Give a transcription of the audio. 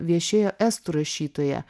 viešėjo estų rašytoja